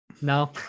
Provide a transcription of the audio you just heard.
no